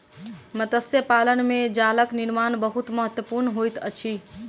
मत्स्य पालन में जालक निर्माण बहुत महत्वपूर्ण होइत अछि